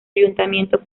ayuntamiento